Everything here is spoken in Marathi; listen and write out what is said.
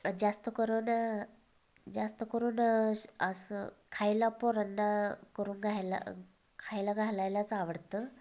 जास्तकरून जास्तकरून असं खायला पोरांना करून घायला खायला घालायलाच आवडतं